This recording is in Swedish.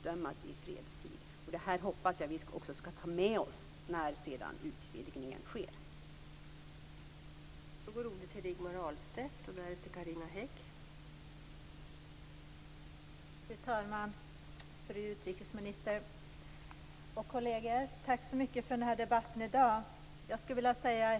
Det här hoppas jag att vi också skall ta med oss när utvidgningen sedan sker.